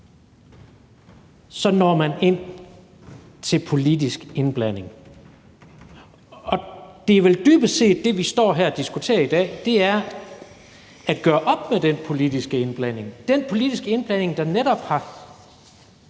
når man ind til politisk indblanding. Det er vel dybest set det, vi står her og diskuterer i dag, nemlig at gøre op med den politiske indblanding – den politiske indblanding, der netop har